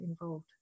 involved